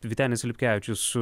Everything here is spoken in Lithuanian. vytenis lipkevičius